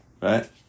Right